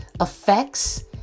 effects